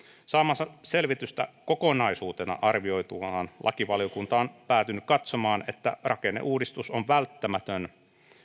saamaansa selvitystä kokonaisuutena arvioituaan lakivaliokunta on päätynyt katsomaan että rakenneuudistus on välttämätön